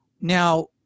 now